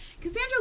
Cassandra